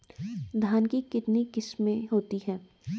धान की कितनी किस्में होती हैं?